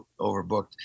overbooked